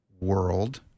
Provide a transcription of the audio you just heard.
world